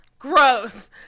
gross